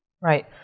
Right